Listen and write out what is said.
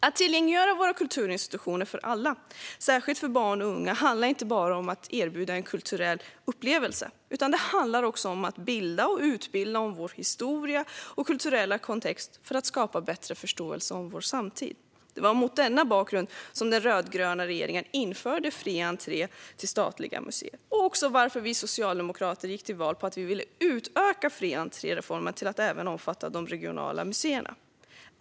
Att tillgängliggöra våra kulturinstitutioner för alla, särskilt för barn och unga, handlar inte bara om att erbjuda en kulturell upplevelse utan också om att bilda och utbilda om vår historia och kulturella kontext för att skapa bättre förståelse för vår samtid. Det var mot denna bakgrund som den rödgröna regeringen införde fri entré till statliga museer, och det var mot den bakgrunden vi socialdemokrater gick till val på att utöka fri entré-reformen till att omfatta även de regionala museerna.